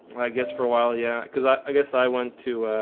i guess for a while. yeah, cuz i guess i went to